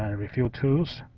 and refill tools.